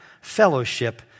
fellowship